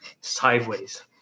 sideways